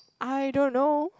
I don't know